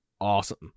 awesome